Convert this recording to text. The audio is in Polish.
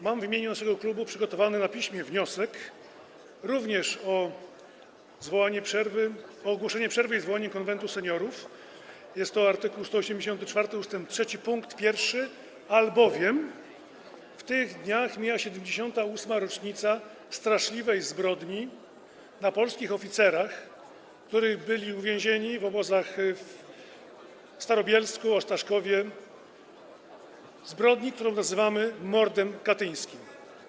Mam w imieniu naszego klubu przygotowany na piśmie wniosek również o ogłoszenie przerwy i zwołanie Konwentu Seniorów, jest to art. 184 ust. 3 pkt 1, albowiem w tych dniach mija 78. rocznica straszliwej zbrodni na polskich oficerach, którzy byli uwięzieni w obozach w Starobielsku, Ostaszkowie, zbrodni, którą nazywamy mordem katyńskim.